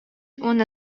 уонна